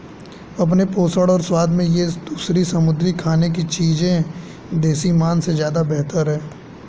अपने पोषण और स्वाद में ये दूसरी समुद्री खाने की चीजें देसी मांस से ज्यादा बेहतर है